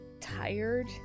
tired